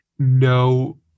No